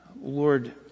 Lord